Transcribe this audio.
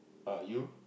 are you